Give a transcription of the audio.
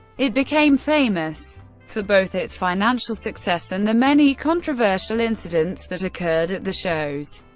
it became famous for both its financial success and the many controversial incidents that occurred at the shows.